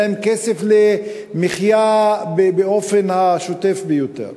אין להן כסף למחיה באופן השוטף ביותר.